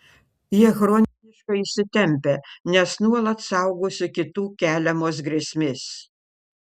jie chroniškai įsitempę nes nuolat saugosi kitų keliamos grėsmės